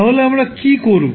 তাহলে আমরা কী করব